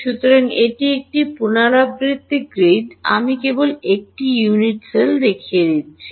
সুতরাং এটি একটি পুনরাবৃত্তি গ্রিড আমি কেবল একটি ইউনিট সেল দেখিয়ে দিচ্ছি